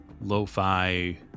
lo-fi